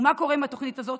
ומה קורה עם התוכנית הזאת?